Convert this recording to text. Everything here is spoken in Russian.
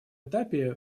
этапе